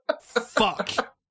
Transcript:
fuck